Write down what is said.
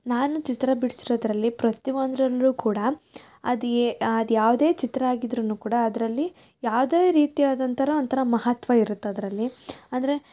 ನಾನು ಚಿತ್ರ ಬಿಡಿಸಿರೋದ್ರಲ್ಲಿ ಪ್ರತಿ ಒಂದ್ರಲ್ಲೂ ಕೂಡಾ ಅದು ಏ ಅದು ಯಾವುದೇ ಚಿತ್ರ ಆಗಿದ್ರೂ ಕೂಡ ಅದರಲ್ಲಿ ಯಾವುದೇ ರೀತಿಯಾದಂಥ ಒಂಥರ ಮಹತ್ವ ಇರುತ್ತೆ ಅದರಲ್ಲಿ ಅಂದರೆ